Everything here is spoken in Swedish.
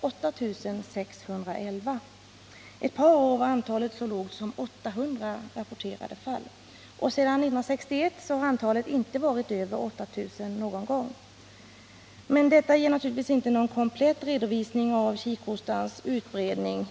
8 611 för 1978. Ett par år var antalet så lågt som 800. Sedan 1961 har antalet inte varit över 8 000 någon gång. Detta ger naturligtvis inte någon komplett redovisning av kikhostans utbredning.